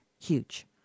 huge